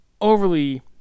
overly